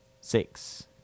six